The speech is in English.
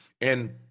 And-